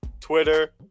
Twitter